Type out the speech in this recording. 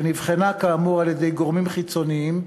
שנבחנה כאמור על-ידי גורמים חיצוניים,